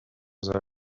the